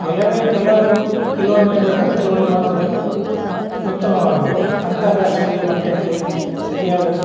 ಕೆಲವೇ ಕೆಲವು ಕಿಲೋಮೀಟರ್ ರಸ್ತೆಗಳು ಮಾತ್ರ ಉತ್ತಮವಾಗಿವೆ ಅಂತರಾಷ್ಟ್ರೀಯ ಮಟ್ಟಕ್ಕೆ ಸರಿಯಾದ